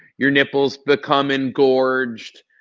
your nipples become and engorged,